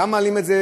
וגם מעלים את זה